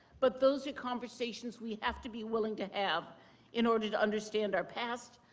but those are conversations we have to be willing to have in order to understand our past,